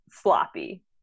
sloppy